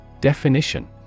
Definition